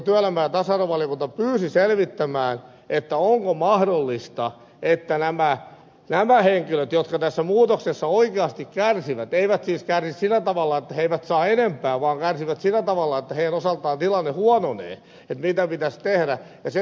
työelämä ja tasa arvovaliokunta pyysi selvittämään onko mahdollista tehdä jotain niiden henkilöiden hyväksi jotka tässä muutoksessa oikeasti kärsivät eivät siis kärsi sillä tavalla että he eivät saa enempää vaan kärsivät sillä tavalla että heidän osaltaan tilanne huononee ja mitä pitäisi tehdä se